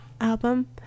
album